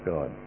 God